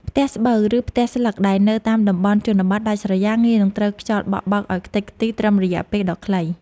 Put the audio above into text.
ផ្ទះស្បូវ ឬផ្ទះស្លឹកដែលនៅតាមតំបន់ជនបទដាច់ស្រយាលងាយនឹងត្រូវខ្យល់បក់បោកឱ្យខ្ទេចខ្ទីត្រឹមរយៈពេលដ៏ខ្លី។